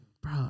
bro